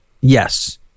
yes